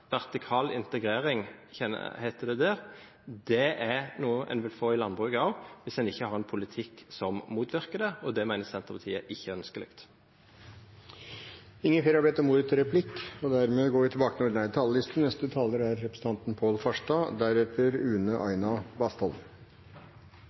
vertikal integrering, heter det der. Det er noe en vil få i landbruket også, hvis en ikke har en politikk som motvirker det. Dette mener Senterpartiet ikke er ønskelig. Replikkordskiftet er omme. Landbruket er viktig for dagens Norge, og landbruket skal også ha en viktig plass i